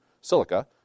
silica